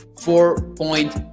four-point